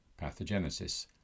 pathogenesis